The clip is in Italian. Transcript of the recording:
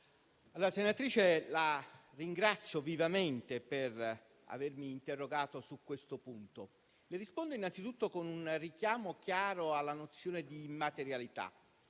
senatrice Minasi per avermi interrogato su questo punto. Le rispondo innanzitutto con un richiamo chiaro alla nozione di immaterialità.